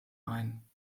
ein